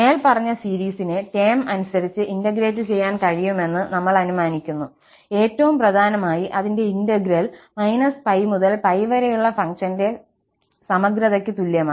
മേൽപ്പറഞ്ഞ സീരീസിനെ ടേം അനുസരിച്ച് ഇന്റഗ്രേറ്റ് ചെയ്യാൻ കഴിയുമെന്ന് നമ്മൾ അനുമാനിക്കുന്നു ഏറ്റവും പ്രധാനമായി അതിന്റെ ഇന്റഗ്രൽ −π മുതൽ π വരെയുള്ള ഫംഗ്ഷന്റെ സമഗ്രതയ്ക്ക് തുല്യമാണ്